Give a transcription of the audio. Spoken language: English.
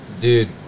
dude